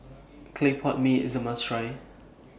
Clay Pot Mee IS A must Try